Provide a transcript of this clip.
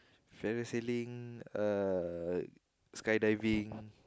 parasailing ah skydiving